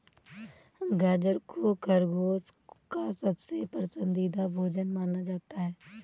गाजर को खरगोश का सबसे पसन्दीदा भोजन माना जाता है